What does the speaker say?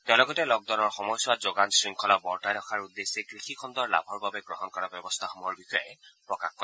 তেওঁ লগতে লকডাউনৰ সময়চোৱাত যোগান শৃংখলা বৰ্তাই ৰখাৰ উদ্দেশ্যই কৃষি খণ্ডৰ লাভৰ বাবে গ্ৰহণ কৰা ব্যৱস্থাসমূহৰ বিষয়েও প্ৰকাশ কৰে